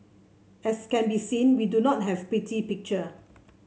as can be seen we do not have pretty picture